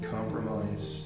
Compromise